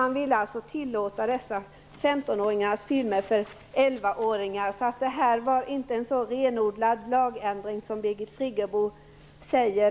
Man ville alltså tillåta dessa filmer även för 11-åringar. Det var inte en så renodlad lagändring som Birgit Friggebo säger.